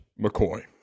McCoy